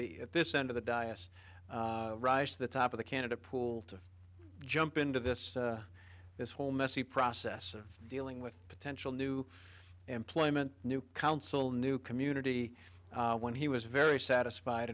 the at this end of the dyess rise to the top of the candidate pool to jump into this this whole messy process of dealing with potential new employment new council new community when he was very satisfied